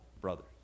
brothers